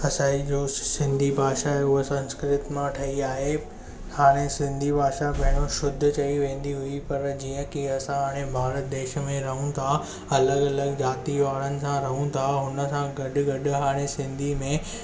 असांजी जो स सि सिंधी भाषा आहे उहो संस्कृत मां ठही आहे हाणे सिंधी भाषा पहिरियों शुद्ध चई वेंदी हुई पर जीअं की असां हाणे भारत देश में रहूं था अलॻि अलॻि जाति वारनि सां रहूं था हुन सां गॾु गॾु हाणे सिंधी में